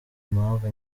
impamvu